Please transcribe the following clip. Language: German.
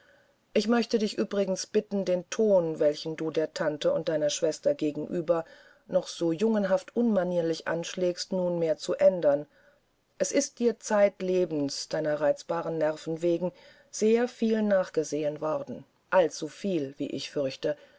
ich möchte dich übrigens bitten den ton welchen du der tante und deiner schwester gegenüber noch so jungenhaft unmanierlich anschlägst nunmehr zu ändern es ist dir zeitlebens deiner reizbaren nerven wegen sehr viel nachgesehen worden allzuviel wie ich fürchte